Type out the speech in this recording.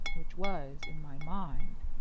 which was in my mind,